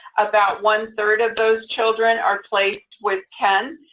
about one-third of those children are placed with kin.